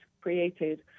created